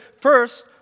first